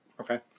Okay